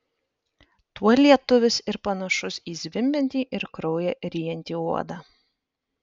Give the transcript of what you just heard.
tuo lietuvis ir panašus į zvimbiantį ir kraują ryjantį uodą